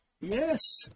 yes